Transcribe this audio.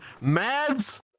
Mads